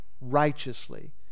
righteously